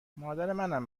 مادرمنم